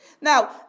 Now